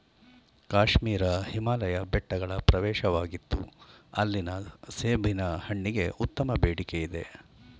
ಕಾಶ್ಮೀರ ಹಿಮಾಲಯ ಬೆಟ್ಟಗಳ ಪ್ರವೇಶವಾಗಿತ್ತು ಅಲ್ಲಿನ ಸೇಬಿನ ಹಣ್ಣಿಗೆ ಉತ್ತಮ ಬೇಡಿಕೆಯಿದೆ